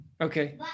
Okay